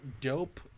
dope